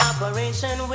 Operation